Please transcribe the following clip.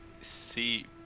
see-